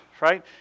right